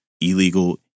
illegal